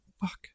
fuck